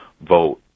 vote